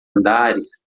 andares